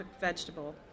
vegetable